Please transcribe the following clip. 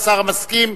השר מסכים,